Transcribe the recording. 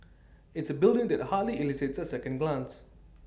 it's A building that hardly elicits A second glance